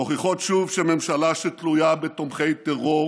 מוכיחות שוב שממשלה שתלויה בתומכי טרור